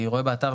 אני רואה באתר,